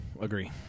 Agree